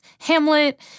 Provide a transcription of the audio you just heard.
Hamlet